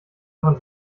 noch